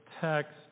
text